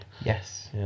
Yes